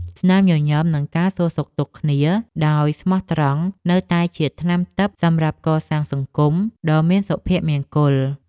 ស្នាមញញឹមនិងការសួរសុខទុក្ខគ្នាដោយស្មោះត្រង់នៅតែជាថ្នាំទិព្វសម្រាប់កសាងសង្គមដ៏មានសុភមង្គល។